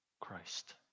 Christ